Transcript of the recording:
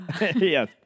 Yes